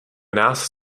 nás